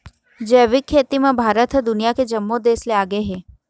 जैविक खेती म भारत ह दुनिया के जम्मो देस ले आगे हे